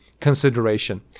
consideration